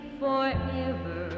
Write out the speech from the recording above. forever